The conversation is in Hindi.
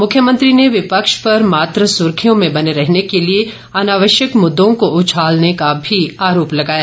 मुख्यमंत्री ने विपक्ष पर मात्र सुर्खियों में बने रहने के लिए अनावश्यक मुददों को उछालने का भी आरोप लगाया